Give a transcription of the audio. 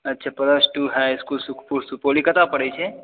अच्छा plus two high school Sukhpur Supaul ई कतऽ पड़ै छै